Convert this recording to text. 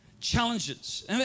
challenges